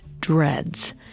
dreads